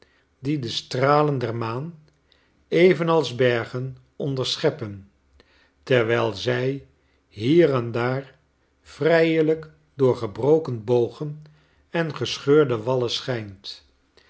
die de stralen der maan evenals bergen onderscheppen terwijl zij hier en daar vrijelijk door gebroken bogen en gescheurde wallen schijnt